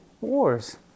wars